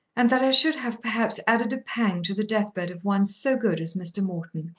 and that i should have perhaps added a pang to the deathbed of one so good as mr. morton.